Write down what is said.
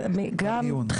כן, גם.